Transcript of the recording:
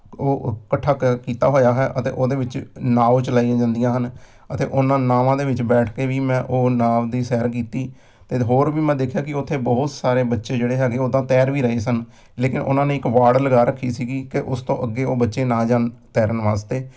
ਉਹ ਇਕੱਠਾ ਕ ਕੀਤਾ ਹੋਇਆ ਹੈ ਅਤੇ ਉਹਦੇ ਵਿੱਚ ਨਾਓ ਚਲਾਈਆਂ ਜਾਂਦੀਆਂ ਹਨ ਅਤੇ ਉਹਨਾਂ ਨਾਵਾਂ ਦੇ ਵਿੱਚ ਬੈਠ ਕੇ ਵੀ ਮੈਂ ਉਹ ਨਾਵ ਦੀ ਸੈਰ ਕੀਤੀ ਅਤੇ ਹੋਰ ਵੀ ਮੈਂ ਦੇਖਿਆ ਕਿ ਉੱਥੇ ਬਹੁਤ ਸਾਰੇ ਬੱਚੇ ਜਿਹੜੇ ਹੈਗੇ ਉਹ ਤਾਂ ਤੈਰ ਵੀ ਰਹੇ ਸਨ ਲੇਕਿਨ ਉਹਨਾਂ ਨੇ ਇੱਕ ਵਾੜ੍ਹ ਲਗਾ ਰੱਖੀ ਸੀਗੀ ਕਿ ਉਸ ਤੋਂ ਅੱਗੇ ਉਹ ਬੱਚੇ ਨਾ ਜਾਣ ਤੈਰਨ ਵਾਸਤੇ